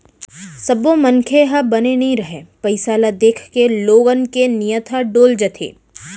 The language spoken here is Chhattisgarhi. सब्बो मनखे ह बने नइ रहय, पइसा ल देखके लोगन के नियत ह डोल जाथे